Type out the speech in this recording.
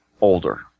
older